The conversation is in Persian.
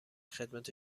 خدمت